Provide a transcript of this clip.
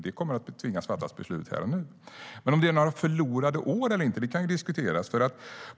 Vi kommer att tvingas fatta beslut här och nu. Om det är några förlorade år eller inte kan diskuteras.